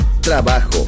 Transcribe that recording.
trabajo